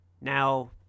Now